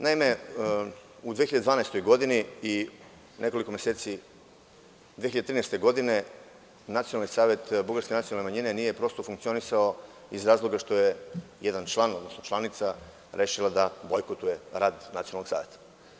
Naime, u 2012. godini i nekoliko meseci 2013. godine Nacionalni savet bugarske nacionalne manjine nije prosto funkcionisao, iz razloga što je jedan član, odnosno članica rešila da bojkotuje rad Nacionalnog saveta.